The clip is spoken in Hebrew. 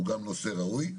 הוא נושא ראוי.